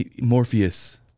Morpheus